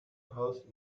house